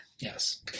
Yes